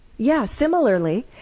yeah, similarly.